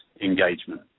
engagement